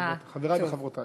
חברי וחברותי.